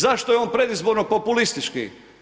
Zašto je on predizborno populistički?